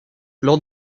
lors